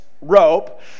rope